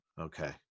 Okay